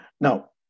Now